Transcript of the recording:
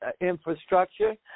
infrastructure